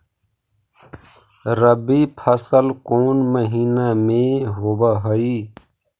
रबी फसल कोन महिना में होब हई?